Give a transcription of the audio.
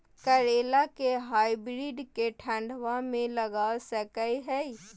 करेला के हाइब्रिड के ठंडवा मे लगा सकय हैय?